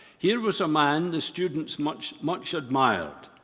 here was a man the students much much admired,